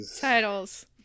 titles